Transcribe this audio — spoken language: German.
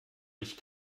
mich